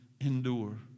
endure